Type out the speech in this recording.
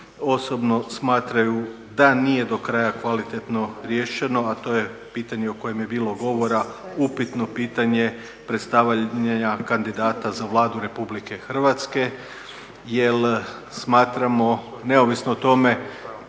osobno smatraju da nije do kraja kvalitetno riješeno, a to je pitanje o kojem je bilo govora, upitno pitanje predstavljanja kandidata za Vladu RH jer smatramo, neovisno o tome,